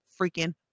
freaking